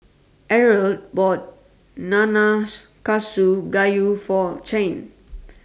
Eldred bought Nanakusa Gayu For Chain